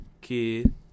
Kid